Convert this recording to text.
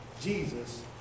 Jesus